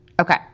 okay